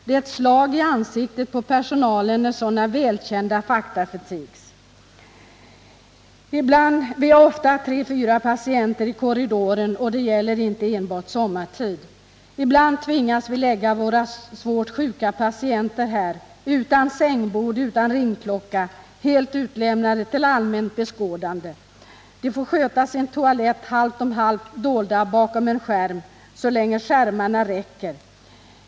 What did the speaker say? Det är ett slag i ansiktet på personalen, när sådana välkända fakta förtigs. Vi har oftast tre till fyra patienter i korridoren, det gäller inte enbart sommartid. Ibland tvingas vi lägga svårt sjuka patienter här, utan sängbord, utan ringklocka, helt utlämnade till allmänt beskådande. De får sköta sin toalett halvt om halvt dolda bakom en skärm — så länge skärmarna räcker.